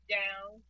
down